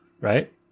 right